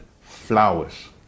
flowers